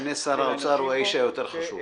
לפני שר האוצר הוא האיש החשוב יותר.